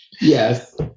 Yes